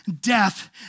death